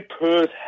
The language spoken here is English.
Perth